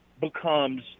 becomes